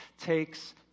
takes